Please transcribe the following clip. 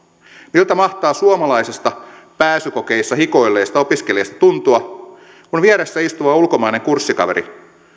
miltä mahtaa suomalaisesta pääsykokeissa hikoilleesta opiskelijasta tuntua kun vieressä istuva ulkomainen kurssikaveri